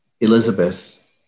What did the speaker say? Elizabeth